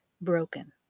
Broken